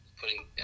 putting